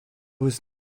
was